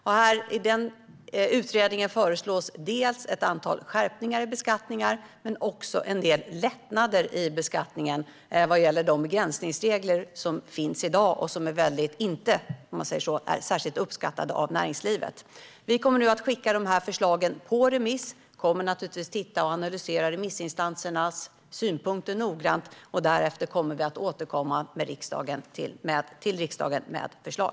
I utredningen föreslås ett antal skärpningar i beskattningar men också en del lättnader i beskattningen vad gäller de begränsningsregler som finns i dag och som inte är särskilt uppskattade av näringslivet. Vi kommer nu att skicka de här förslagen på remiss. Vi kommer naturligtvis att titta på och noggrant analysera remissinstansernas synpunkter och därefter återkomma till riksdagen med förslag.